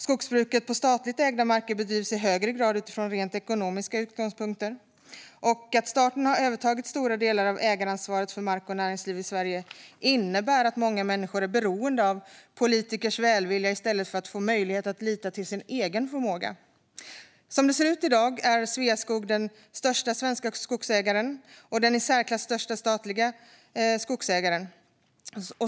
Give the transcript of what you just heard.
Skogsbruket på statligt ägda marker bedrivs i högre grad utifrån rent ekonomiska utgångspunkter. Att staten har övertagit stora delar av ägaransvaret för mark och näringsliv i Sverige innebär att många människor är beroende av politikers välvilja i stället för att få möjlighet att lita till sin egen förmåga. Som det ser ut i dag är Sveaskog den största svenska skogsägaren och den i särklass största statliga skogsägaren.